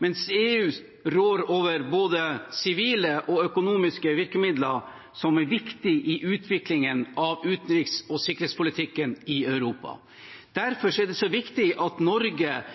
mens EU rår over både sivile og økonomiske virkemidler som er viktige i utviklingen av utenriks- og sikkerhetspolitikken i Europa. Derfor er det så viktig at Norge